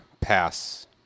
pass